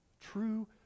true